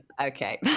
Okay